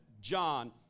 John